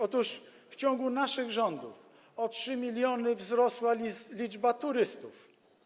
Otóż w ciągu naszych rządów o 3 mln wzrosła liczba turystów.